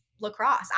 lacrosse